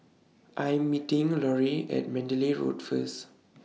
I Am meeting Loree At Mandalay Road First